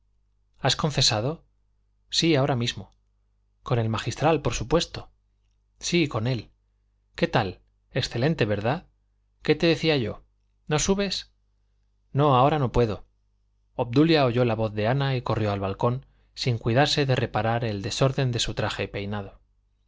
has confesado sí ahora mismo con el magistral por supuesto sí con él qué tal excelente verdad qué te decía yo no subes no ahora no puedo obdulia oyó la voz de ana y corrió al balcón sin cuidarse de reparar el desorden de su traje y peinado